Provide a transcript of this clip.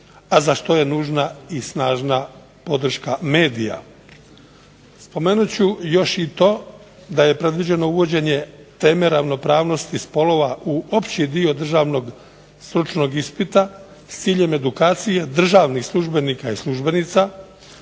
a za što je nužna i snažna podrška medija. Spomenut ću još i to da je predviđeno uvođenje teme ravnopravnosti spolova u opći dio državnog stručnog ispita s ciljem edukacije državnih službenika i službenica,